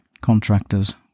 contractors